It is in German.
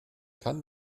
kann